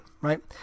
right